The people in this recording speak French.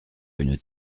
une